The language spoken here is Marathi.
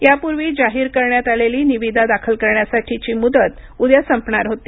यापूर्वी जाहीर करण्यात आलेली निविदा दाखल करण्याची मुदत उद्या संपणार होती